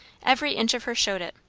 every inch of her showed it.